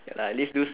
okay lah at least do